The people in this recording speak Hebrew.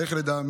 תאריך הלידה,